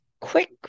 quick